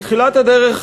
בתחילת הדרך,